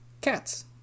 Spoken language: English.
cats